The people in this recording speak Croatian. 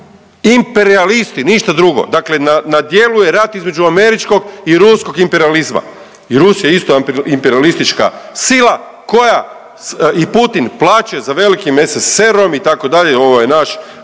imperijalisti, ništa drugo, dakle na djelu je rat između američkog i ruskog imperijalizma, Rusija je isto imperijalistička sila koja i Putin plače za velikim SSSR-om itd., ovo je naš,